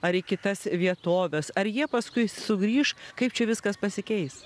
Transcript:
ar į kitas vietoves ar jie paskui sugrįš kaip čia viskas pasikeis